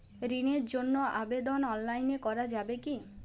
ঋণের জন্য আবেদন অনলাইনে করা যাবে কি?